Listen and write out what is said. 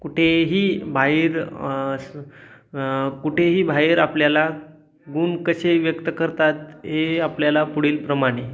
कुठेही बाहेर स् कुठेही बाहेर आपल्याला गुण कसे व्यक्त करतात हे आपल्याला पुढील प्रमाणे